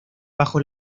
bajo